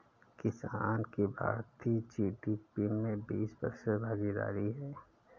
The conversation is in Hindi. किसान की भारतीय जी.डी.पी में बीस प्रतिशत भागीदारी है